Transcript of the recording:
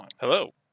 hello